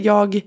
Jag